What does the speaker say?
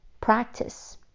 practice